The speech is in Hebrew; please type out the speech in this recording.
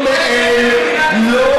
אני נלחם על מדינת ישראל,